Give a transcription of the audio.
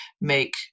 make